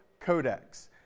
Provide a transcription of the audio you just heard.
Codex